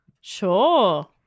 Sure